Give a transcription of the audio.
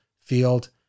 field